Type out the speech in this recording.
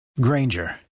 granger